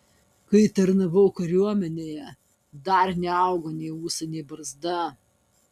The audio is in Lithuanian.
kai tarnavau kariuomenėje dar neaugo nei ūsai nei barzda